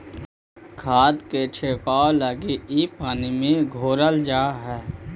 खाद के छिड़काव लगी इ पानी में घोरल जा हई